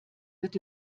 wird